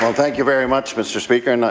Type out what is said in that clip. um thank you very much, mr. speaker. and